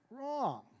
Wrong